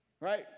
right